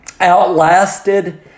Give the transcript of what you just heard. outlasted